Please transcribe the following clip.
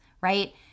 right